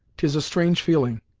tis a strange feeling!